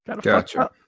Gotcha